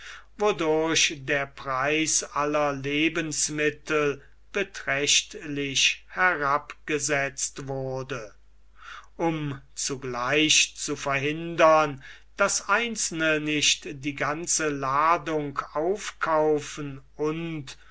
wodurch der preis aller lebensmittel beträchtlich herabgesetzt wurde um zugleich zu verhindern daß einzelne nicht die ganze ladung aufkaufen und